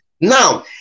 Now